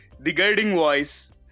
theguidingvoice